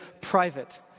private